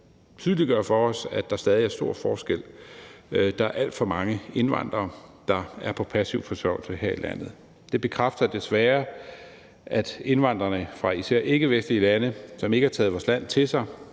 og tydeliggør for os, at der stadig er stor forskel. Der er alt for mange indvandrere, der er på passiv forsørgelse her i landet. Det bekræfter desværre, at der blandt indvandrerne fra især ikkevestlige lande, som ikke har taget vores land til sig,